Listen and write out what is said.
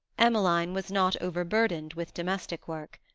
emmeline was not overburdened with domestic work.